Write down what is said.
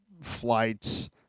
flights